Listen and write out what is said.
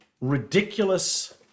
ridiculous